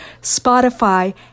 Spotify